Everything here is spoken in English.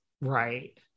Right